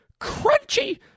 Crunchy